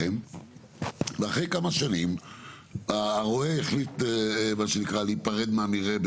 ואחרי כמה שנים הרועה החליט להיפרד מהמרעה,